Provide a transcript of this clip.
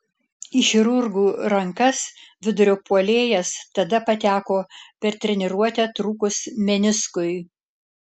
į chirurgų rankas vidurio puolėjas tada pateko per treniruotę trūkus meniskui